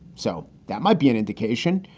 so that might be an indication.